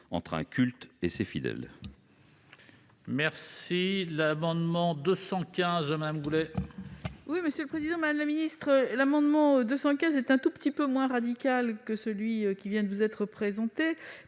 entre un culte et ses fidèles.